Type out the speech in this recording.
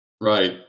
Right